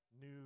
new